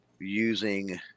using